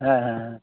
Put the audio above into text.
ᱦᱮᱸ ᱦᱮᱸ